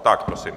Tak prosím.